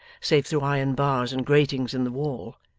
save through iron bars and gratings in the wall.